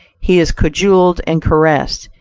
he is cajoled and caressed,